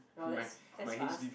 well that's that's fast